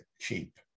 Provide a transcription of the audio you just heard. cheap